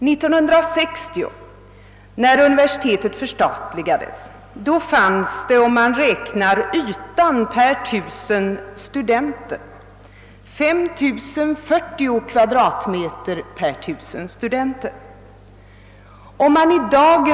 Om man utgår från lokalytan per 1000 studenter finner man, att den år 1960 när universitetet förstatligades utgjorde 5040 m?.